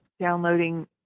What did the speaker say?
downloading